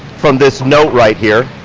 from this note right here.